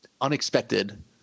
Unexpected